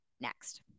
next